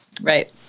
Right